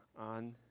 on